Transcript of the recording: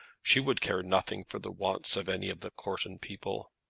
she would care nothing for the wants of any of the courton people.